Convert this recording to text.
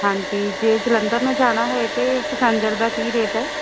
ਹਾਂਜੀ ਜੇ ਜਲੰਧਰ ਨੂੰ ਜਾਣਾ ਹੋਏ ਤਾਂ ਪੈਸੰਜਰ ਦਾ ਕੀ ਰੇਟ ਹੈ